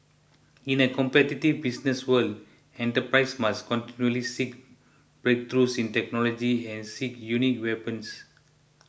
in a competitive business world enterprises must continually seek breakthroughs in technology and seek unique weapons